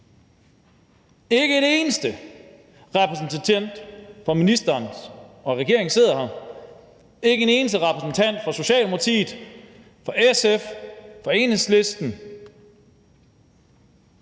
Ikke en eneste repræsentant for ministeren og regeringen sidder her, ikke en eneste repræsentant for hverken Socialdemokratiet, SF, Enhedslisten,